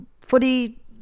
footy